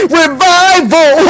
revival